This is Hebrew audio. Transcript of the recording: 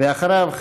ואחריו,